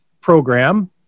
program